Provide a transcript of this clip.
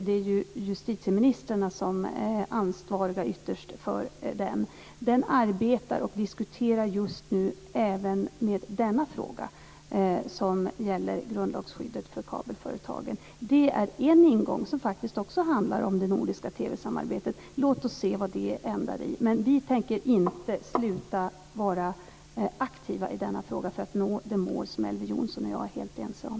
Det är justitieministrarna som ytterst är ansvariga för den. Den arbetar med och diskuterar just nu även denna fråga som gäller grundlagsskyddet för kabelföretagen. Det är en ingång som faktiskt också handlar om det nordiska TV-samarbetet. Låt oss se vad det slutar med. Men vi tänker inte sluta att vara aktiva i den här frågan för att nå det mål som Elver Jonsson och jag är helt ense om.